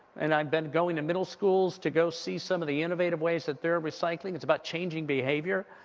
and i've been going to middle schools to go see some of the innovative ways that they're recycling, it's about changing behavior.